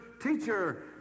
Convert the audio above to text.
teacher